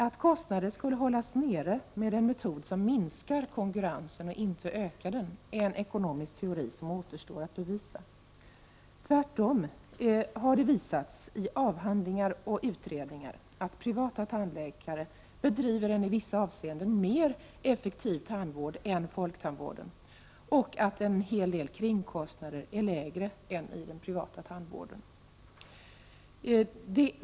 Att kostnader skulle hållas nere med en metod som minskar konkurrensen är en ekonomisk teori som återstår att bevisa. Det har tvärtom visats i avhandlingar och utredningar att privata tandläkare bedriver en i vissa avseenden mer effektiv tandvård än man gör inom folktandvården samt att en hel del kringkostnader är lägre i den privata tandvården.